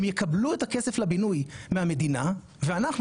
הם יקבלו את הכסף לבינוי מהמדינה ואנחנו